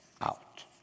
out